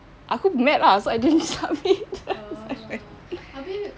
aku mad ah so I didn't submit